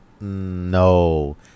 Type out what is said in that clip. No